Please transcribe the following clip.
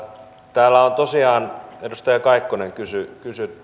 täällä tosiaan edustaja kaikkonen kysyi